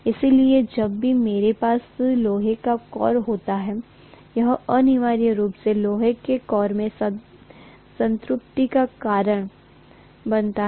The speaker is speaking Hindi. इसलिए जब भी मेरे पास लोहे का कोर होता है यह अनिवार्य रूप से लोहे के कोर में संतृप्ति का कारण बनता है